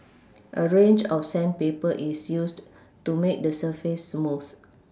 a range of sandpaper is used to make the surface smooth